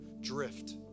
drift